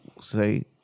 say